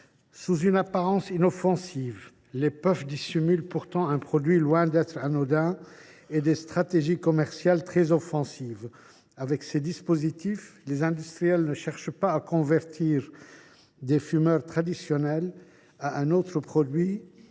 Sous une apparence inoffensive, les puffs dissimulent pourtant un produit loin d’être anodin et des stratégies commerciales très offensives. Avec ces dispositifs, les industriels cherchent non pas à convertir des fumeurs traditionnels à un autre produit,